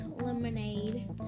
Lemonade